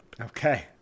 Okay